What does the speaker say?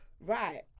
Right